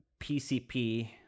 PCP